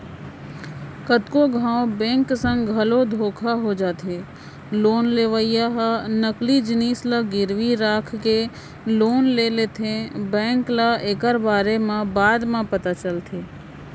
कतको घांव बेंक संग घलो धोखा हो जाथे लोन लेवइया ह नकली जिनिस ल गिरवी राखके लोन ले लेथेए बेंक ल एकर बारे म बाद म पता चलथे